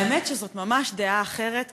האמת היא שזאת ממש דעה אחרת כהגדרתה,